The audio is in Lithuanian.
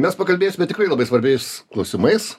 mes pakalbėsime tikrai labai svarbiais klausimais